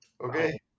Okay